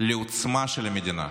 לעוצמה של המדינה.